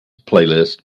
playlist